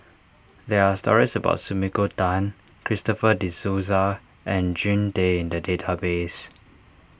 there are stories about Sumiko Tan Christopher De Souza and Jean Tay in the database